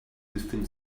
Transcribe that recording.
within